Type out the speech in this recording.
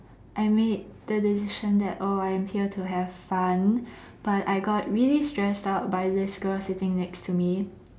I made the decision that oh I am here to have fun but I got really stressed out by this girl sitting next to me